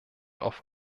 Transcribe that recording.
auf